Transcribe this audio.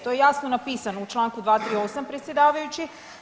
To je jasno napisano u čl. 238. predsjedavajući.